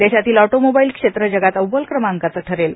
देशातील ऑटोमोबाईल क्षेत्र जगात अव्वल क्रमांकाचे ठरेल